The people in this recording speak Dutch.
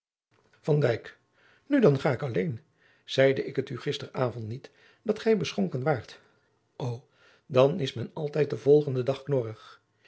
nu dan ga ik alleen zeide ik het u gister avond niet dat gij beschonken waart ô dan is men altijd den volgenden dag knorrig